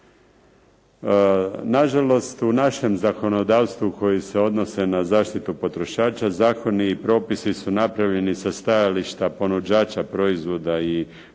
Na žalost u našem zakonodavstvu koji se odnose na zaštitu potrošača zakoni i propisi su napravljeni sa stajališta ponuđača proizvoda i usluga